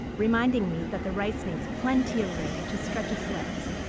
reminding me that the rice needs plenty of room to stretch its legs,